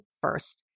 first